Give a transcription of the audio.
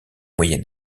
moyen